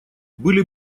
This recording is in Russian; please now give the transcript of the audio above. были